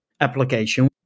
application